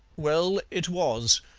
well, it was.